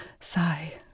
Sigh